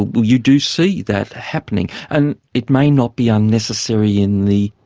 you do see that happening. and it may not be unnecessary in the,